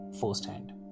firsthand